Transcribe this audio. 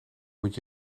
moet